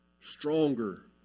stronger